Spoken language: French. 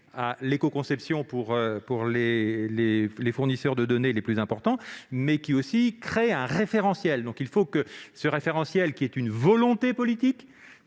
l'écoconception aux fournisseurs de données les plus importants, mais qui tend aussi à créer un référentiel. Il faut que ce référentiel, qui traduit une volonté politique,